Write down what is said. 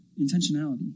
intentionality